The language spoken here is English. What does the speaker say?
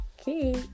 Okay